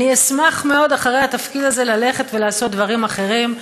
אני אשמח מאוד אחרי התפקיד הזה ללכת ולעשות דברים אחרים,